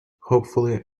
hopefully